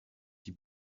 die